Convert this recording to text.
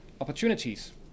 opportunities